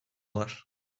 var